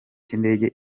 cy’indege